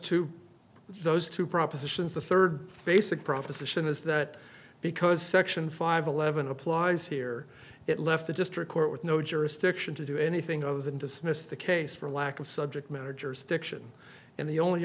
two those two propositions the third basic proposition is that because section five eleven applies here it left a district court with no jurisdiction to do anything other than dismiss the case for lack of subject matter jurisdiction and the only